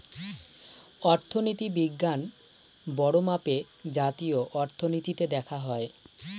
অর্থনীতি বিজ্ঞান বড়ো মাপে জাতীয় অর্থনীতিতে দেখা হয়